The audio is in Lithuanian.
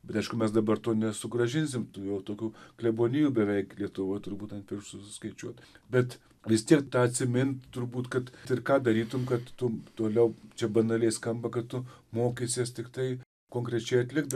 ir aišku mes dabar to nesugrąžinsim jau tokių klebonijų beveik lietuvoj turbūt ant pirštų suskaičiuot bet vis tiek tą atsimint turbūt kad ir ką darytume kad tu toliau čia banaliai skamba kad tu mokysiesi tiktai konkrečiai atlikti